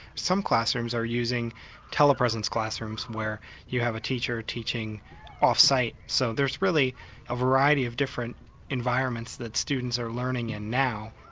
some classrooms are using tele-presence classrooms where you have a teacher teaching off-site. so there's really a variety of different environments that students are learning in now.